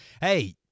hey